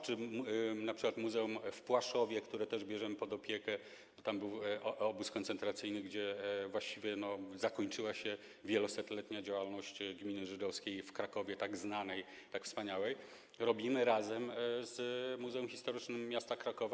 Czy np. muzeum w Płaszowie, które też bierzemy pod opiekę - tam był obóz koncentracyjny, w którym właściwie zakończyła się wielosetletnia działalność gminy żydowskiej w Krakowie, tak znanej, tak wspaniałej - tworzymy razem z Muzeum Historycznym Miasta Krakowa.